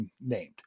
named